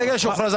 ברגע שהוא חזר